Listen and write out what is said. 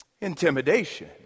intimidation